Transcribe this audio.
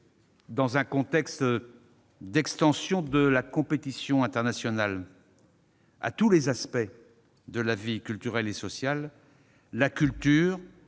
Dans le contexte d'une extension de la compétition internationale à tous les aspects de la vie culturelle et sociale, la culture,